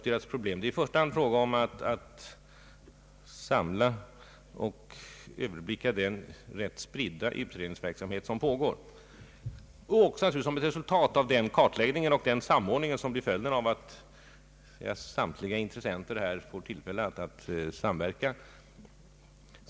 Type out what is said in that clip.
Det är i första hand fråga om att samla och överblicka den rätt spridda utredningsverksamhet som pågår och att som ett resultat av den kartläggningen samordna den verksamhet som blir följden av att samtliga intressenter får tillfälle att samverka.